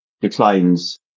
declines